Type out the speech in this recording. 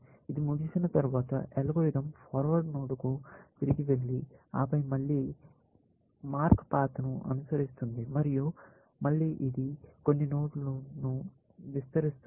ఇది ముగిసిన తర్వాత అల్గోరిథం ఫార్వర్డ్ నోడ్కు తిరిగి వెళ్లి ఆపై మళ్లీ మార్క్పాత్ను అనుసరిస్తుంది మరియు మళ్ళీ ఇది కొన్ని నోడ్లను విస్తరిస్తుంది